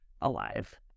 alive